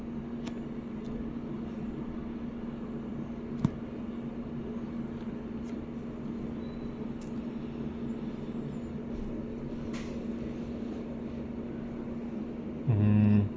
mmhmm